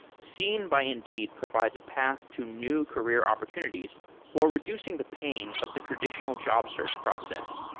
seen by indeed provides a path to new career opportunities while reducing the pain of the traditional job search process.